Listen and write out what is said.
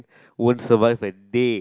won't survive a day